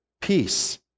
peace